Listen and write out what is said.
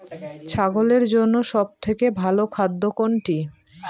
ছাগলের জন্য সব থেকে ভালো খাদ্য কোনটি?